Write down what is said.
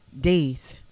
days